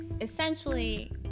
Essentially